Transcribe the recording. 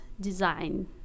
design